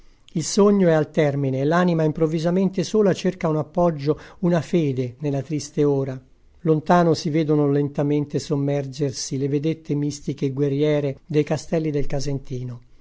il sogno è al termine e l'anima improvvisamente sola cerca un appoggio una fede nella triste ora lontano si vedono lentamente sommergersi le vedette mistiche e guerriere dei castelli del casentino